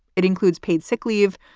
it includes paid sick leave,